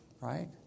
Right